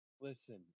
Listen